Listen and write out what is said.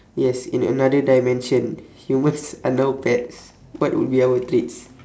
yes in another dimension humans are now pets what would be our treats